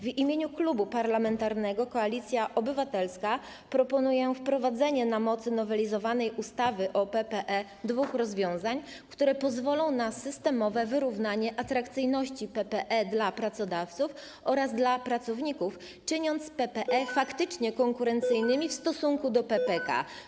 W imieniu Klubu Parlamentarnego Koalicja Obywatelska proponuję wprowadzenie na mocy nowelizowanej ustawy o PPE dwóch rozwiązań, które pozwolą na systemowe wyrównanie atrakcyjności PPE dla pracodawców oraz dla pracowników, czyniąc PPE faktycznie konkurencyjnymi w stosunku do PPK.